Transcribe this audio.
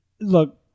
look